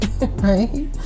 right